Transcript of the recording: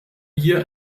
hier